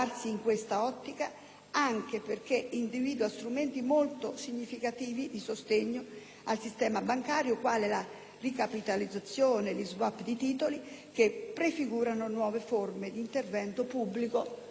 anche perché individua strumenti molto significativi di sostegno al sistema bancario, quali la ricapitalizzazione e lo *swap* di titoli, che prefigurano nuove forme di intervento pubblico nell'economia.